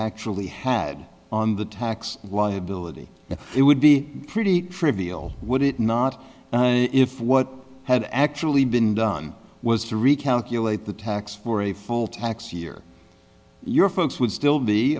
actually had on the tax liability it would be pretty trivial would it not if what had actually been done was to recalculate the tax for a full tax year your folks would still be